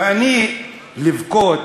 ואני, לבכות?